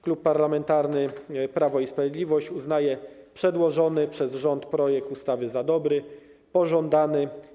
Klub Parlamentarny Prawo i Sprawiedliwość uznaje przedłożony przez rząd projekt ustawy za dobry i pożądany.